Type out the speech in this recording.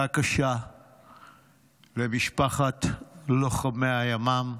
מכה קשה למשפחת לוחמי הימ"מ.